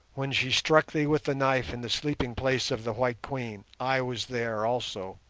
when she struck thee with the knife in the sleeping place of the white queen i was there also